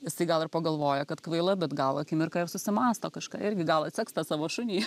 jisai gal ir pagalvoja kad kvaila bet gal akimirką ir susimąsto kažką irgi gal atseks tą savo šunį